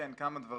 כן, כמה דברים.